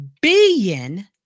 billion